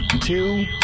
two